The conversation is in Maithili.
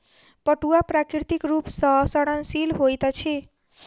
पटुआ प्राकृतिक रूप सॅ सड़नशील होइत अछि